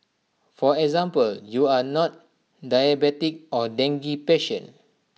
for example you are not diabetic or dengue patient